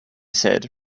said